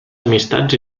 amistats